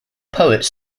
poets